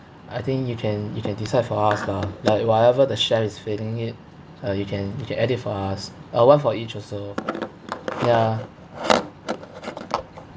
I think you can you can decide for us lah like whatever the chef is filling it uh you can you can add it for us uh one for each also ya